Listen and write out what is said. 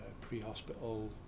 pre-hospital